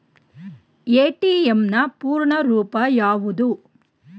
ATM ನ ಪೂರ್ಣ ರೂಪ ಯಾವುದು?